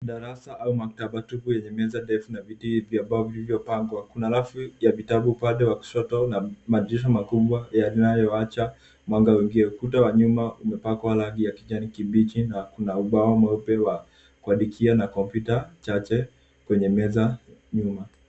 Darasa au maktaba tupu yenye meza ndefu na viti vya mbao vilivyopangwa, kuna rafu ya vitabu upande w kushoto na mdirisha makubwa yanayowacha mwanga uingie, kuta wa nyuma umepakwa rangi ya kijani kibichi na kuna ubao mweupe wa kuandikia na kompyuta chache kwenye meza nyuma.